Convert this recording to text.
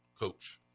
coach